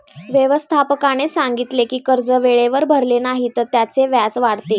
व्यवस्थापकाने सांगितले की कर्ज वेळेवर भरले नाही तर त्याचे व्याज वाढते